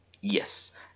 Yes